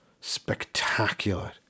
spectacular